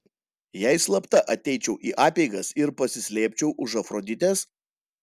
jei slapta ateičiau į apeigas ir pasislėpčiau už afroditės